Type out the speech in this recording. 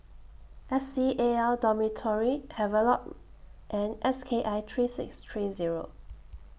S C A L Dormitory Havelock and S K I three six three Zero